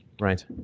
Right